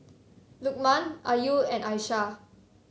Lukman Ayu and Aishah